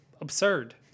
Absurd